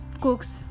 cooks